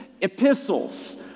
epistles